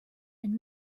and